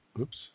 Oops